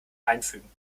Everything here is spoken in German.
einfügen